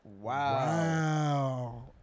Wow